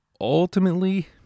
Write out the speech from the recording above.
ultimately